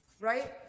Right